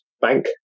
bank